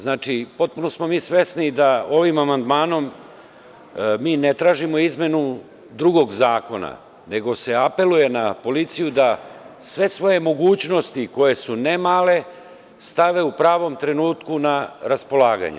Znači, potpuno smo svesni da ovim amandmanom mi ne tražimo izmenu drugog zakona, nego se apeluje na policiju da sve svoje mogućnosti, koje su ne male, stave u pravom trenutku na raspolaganje.